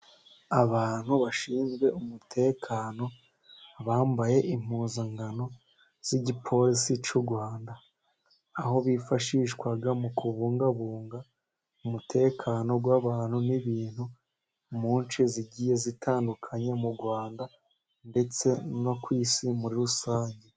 Abantu bashinzwe umutekano bambaye impuzangano z'igiporisi cyu rwanda, aho bifashishwa mu kubungabunga umutekano w'abantu n'ibintu, mu ce zigiye zitandukanye mu rwanda ndetse no ku isi muri rusange.